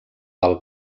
del